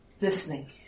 listening